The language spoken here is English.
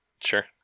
Sure